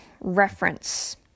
reference